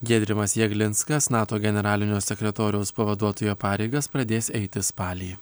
giedrimas jeglinskas nato generalinio sekretoriaus pavaduotojo pareigas pradės eiti spalį